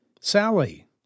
Sally